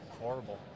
horrible